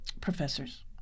professors